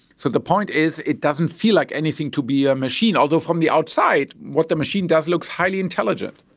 so the point is, it doesn't feel like anything to be a machine, although from the outside what the machine does looks highly intelligent.